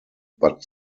but